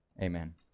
amen